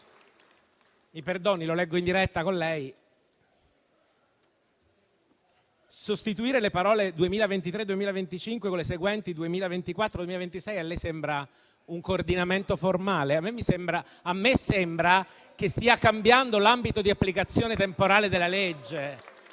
Mi perdoni, leggo in diretta con lei. Sostituire le parole «2023-2025» con le seguenti «2024-2026» le sembra un coordinamento formale? A me sembra che stia cambiando l'ambito di applicazione temporale della legge.